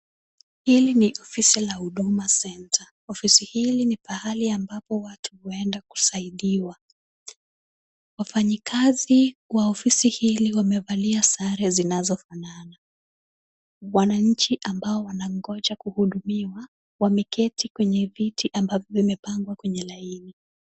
Hili ni ofisi la Huduma Centre. Ofisi hili ni pahali ambapo watu huenda kusaidiwa. Wafanyikazi wa ofisi hili wamevalia sare zinazofanana. Wananchi ambao wanangoja kuhudumiwa wameketi kwenye viti ambavyo vimepangwa kwenye laini.